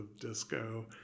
disco